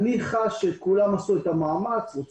אני חש שכולם עשו את המאמץ כדי להביא את זה.